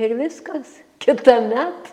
ir viskas kitąmet